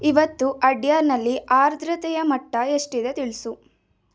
ಇವತ್ತು ಅಡ್ಯಾರ್ನಲ್ಲಿ ಆರ್ದ್ರತೆಯ ಮಟ್ಟ ಎಷ್ಟಿದೆ ತಿಳಿಸು